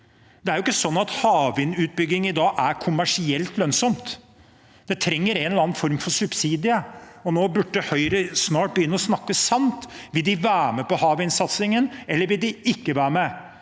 Det er jo ikke sånn at havvindutbygging i dag er kommersielt lønnsomt. Det trenger en eller annen form for subsidier. Nå burde Høyre snart begynne å snakke sant. Vil de være med på havvindsatsingen, eller vil de ikke være med?